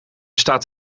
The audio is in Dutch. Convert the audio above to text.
staat